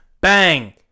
Bang